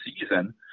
season